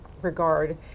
regard